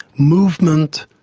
movement,